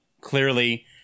clearly